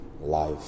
life